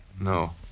No